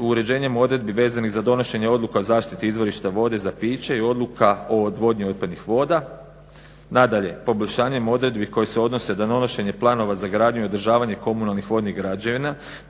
uređenjem odredbi vezanih za donošenje odluka o zaštiti izvorišta vode za piće i odluka o odvodnji otpadnih voda. Nadalje, poboljšanjem odredbi koje se odnose na donošenje planova za gradnju i održavanje komunalnih vodnih građevina